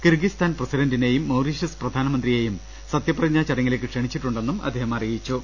Kyrgyzstan പ്രസിഡന്റിനേയും Mauritius പ്രധാനമന്ത്രിയേയും സത്യപ്രതിജ്ഞാ ചടങ്ങിലേക്ക് ക്ഷണിച്ചിട്ടുണ്ടെന്ന് അദ്ദേഹം അറിയിച്ചു